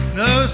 no